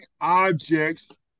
objects